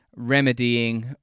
Remedying